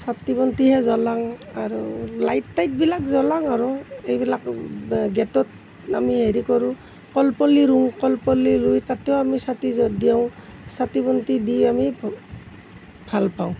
চাকি বন্তিহে জ্বলাওঁ আৰু লাইট তাইটবিলাক জ্বলাওঁ আৰু এইবিলাক গেটত আমি হেৰি কৰোঁ কলপুলি ৰোওঁ কলপুলি ৰুই তাতেও আমি চাকি দিওঁ চাকি বন্তি দি আমি ভাল পাওঁ